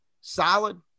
solid